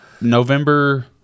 November